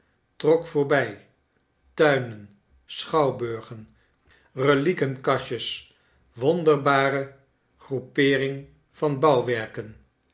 trok voorbij tuinen schouwburgen reliekenkastjes wonderbare groepeering